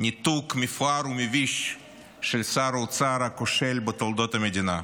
ניתוק מפואר ומביש של שר האוצר הכושל בתולדות המדינה.